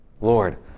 lord